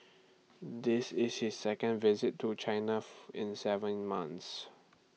this is his second visit to China in Seven months